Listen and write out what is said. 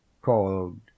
called